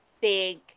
big